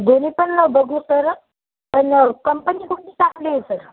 दोन्ही पण बघू सर पण कंपनी कुठली चांगली सर